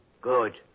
Good